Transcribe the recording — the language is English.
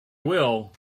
will